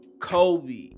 Kobe